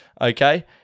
okay